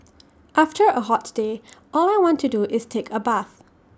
after A hot day all I want to do is take A bath